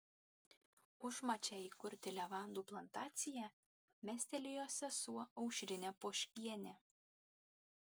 užmačią įkurti levandų plantaciją mestelėjo sesuo aušrinė poškienė